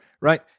right